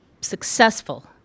successful